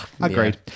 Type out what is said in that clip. Agreed